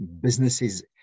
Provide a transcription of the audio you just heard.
businesses